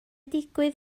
digwydd